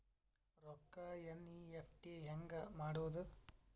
ರೊಕ್ಕ ಎನ್.ಇ.ಎಫ್.ಟಿ ಹ್ಯಾಂಗ್ ಮಾಡುವುದು?